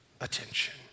attention